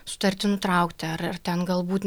sutartį nutraukti ar ar ten galbūt